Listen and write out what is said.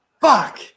Fuck